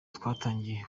twatangiye